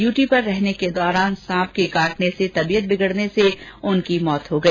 duty पर रहने के दौरान सांप के काटने से तबियत बिगड़ने से उनकी मौत हो गई